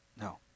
No